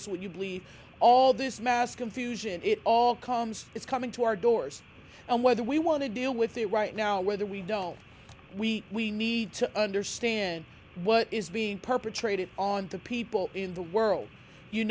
regardless what you believe all this mass confusion it all comes it's coming to our doors and whether we want to deal with it right now whether we don't we we need to understand what is being perpetrated on the people in the world you